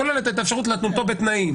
כוללת את האפשרות להתנותו בתנאים.